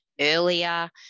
earlier